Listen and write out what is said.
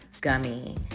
gummy